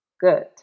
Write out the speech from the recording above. good